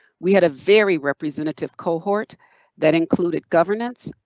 we had a very representative cohort that included governance,